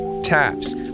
taps